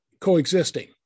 coexisting